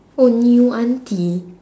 oh new auntie